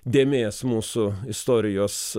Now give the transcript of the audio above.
dėmės mūsų istorijos